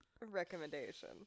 recommendation